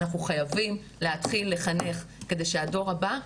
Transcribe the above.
אנחנו חייבים להתחיל לחנך כדי שהדור הבא,